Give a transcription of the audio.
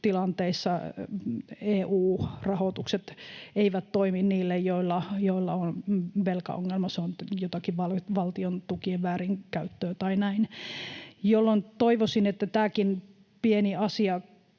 konkurssitilanteissa EU-rahoitukset eivät toimi niillä, joilla on velkaongelma. Se on jotakin valtion tukien väärinkäyttöä tai näin, jolloin toivoisin, että tämäkin pieni asia